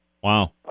Wow